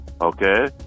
okay